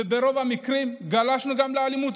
וברוב המקרים גלשנו גם לאלימות,